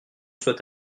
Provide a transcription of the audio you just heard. soit